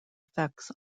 effects